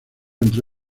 entre